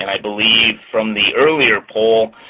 and i believe, from the earlier poll,